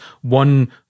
one